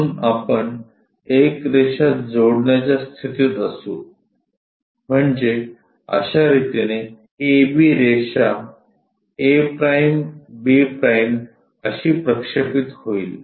म्हणून आपण एक रेषा जोडण्याच्या स्थितीत असू म्हणजे अश्या रितीने AB रेषा a'b' अशी प्रक्षेपित होईल